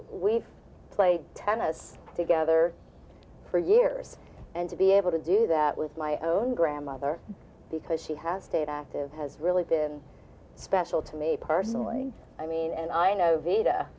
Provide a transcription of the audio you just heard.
we've played tennis together for years and to be able to do that was my own grandmother because she has stayed active has really been special to me personally i mean and i know v